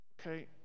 Okay